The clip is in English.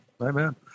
Amen